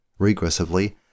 regressively